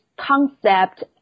concept